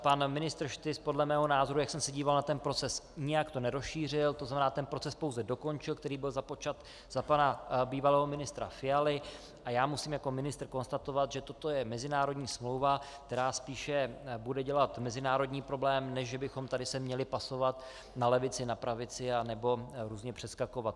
Pan ministr Štys to podle mého názoru, jak jsem se díval na ten proces, nijak nerozšířil, to znamená, ten proces pouze dokončil, který byl započat za pana bývalého ministra Fialy, a já musím jako ministr konstatovat, že toto je mezinárodní smlouva, která spíše bude dělat mezinárodní problém, než že bychom tady se měli pasovat na levici, na pravici nebo různě z toho přeskakovat.